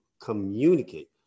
communicate